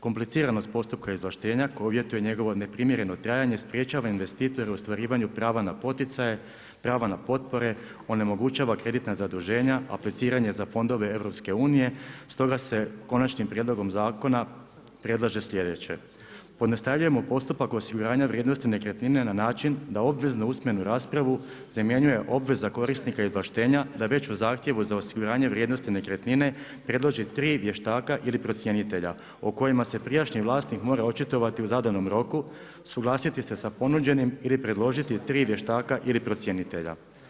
Kompliciranost postupka izvlaštenja koji uvjetuje njegovo neprimjereno trajanje sprječava investitore u ostvarivanju prava na poticaje, prava na potpore, onemogućava kreditna zaduženja, apliciranje za fondove EU, stoga se konačnim prijedlogom zakona predlaže sljedeće pojednostavljujemo postupak osiguranja vrijednosti nekretnine na način da obveznu usmenu raspravu zamjenjuje obveza korisnika izvlaštenja da već u zahtjevu za osiguranje vrijednosti nekretnine predloži tri vještaka ili procjenitelja, o kojima se prijašnji vlasnik mora očitovati u zadanom roku, suglasiti se sa ponuđenim ili predložiti 3 vještaka ili procjenitelja.